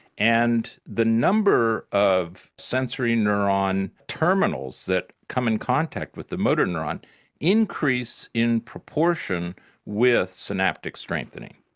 and the number of sensory neuron terminals that come in contact with the motor neuron increase in proportion with synaptic strengthening.